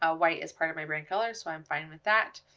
ah white is part of my brand color so i'm fine with that.